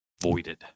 voided